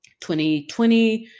2020